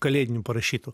kalėdinių parašytų